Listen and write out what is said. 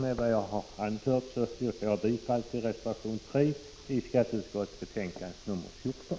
Med vad jag nu anfört yrkar jag bifall till reservation 3 i skatteutskottets betänkande nr 14.